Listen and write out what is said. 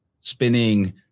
spinning